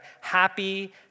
happy